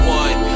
one